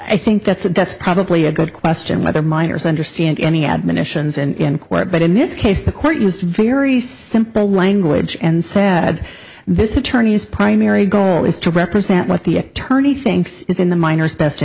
i think that's a that's probably a good question whether minors understand any admonitions and quiet but in this case the court used very simple language and said this in turn is primary goal is to represent what the attorney thinks is in the minors best